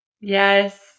Yes